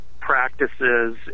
practices